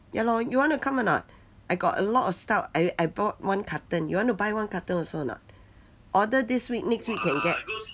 ya lor you want to come or not I got a lot of stout I I bought one carton you want to buy one carton also or not order this week next week can get